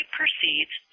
proceeds